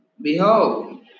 Behold